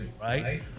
right